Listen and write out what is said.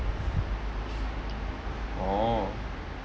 orh